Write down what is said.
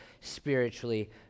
spiritually